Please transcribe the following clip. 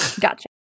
Gotcha